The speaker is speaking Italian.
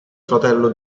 fratello